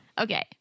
Okay